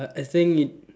uh I think